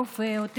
רופא או טכנאי,